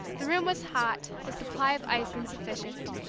the room was hot, the supply of ice insufficient.